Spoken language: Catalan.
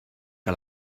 que